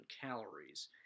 calories